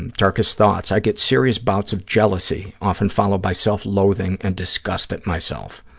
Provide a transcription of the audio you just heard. and darkest thoughts, i get serious bouts of jealousy, often followed by self-loathing and disgust at myself.